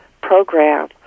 program